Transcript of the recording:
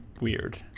Weird